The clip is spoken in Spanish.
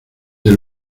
del